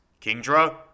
Kingdra